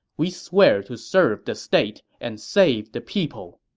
we swear to serve the state and save the people.